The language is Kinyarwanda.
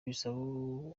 bisaba